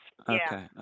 Okay